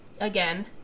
again